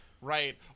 right